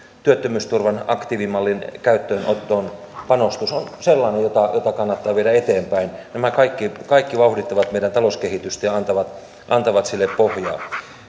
työttömyysturvan aktiivimallin käyttöönottoon on sellainen jota kannattaa viedä eteenpäin nämä kaikki kaikki vauhdittavat meidän talouskehitystämme ja antavat sille pohjaa